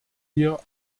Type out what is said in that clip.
wir